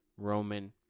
Roman